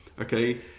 Okay